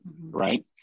right